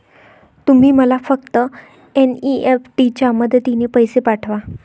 तुम्ही मला फक्त एन.ई.एफ.टी च्या मदतीने पैसे पाठवा